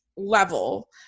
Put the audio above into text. level